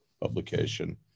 publication